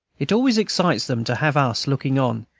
it always excites them to have us looking on,